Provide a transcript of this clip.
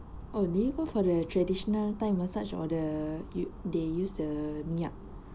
oh do you go for the traditional thai massage or the you they use the minyak